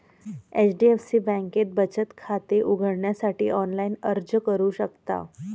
HDFC बँकेत बचत खाते उघडण्यासाठी ऑनलाइन अर्ज करू शकता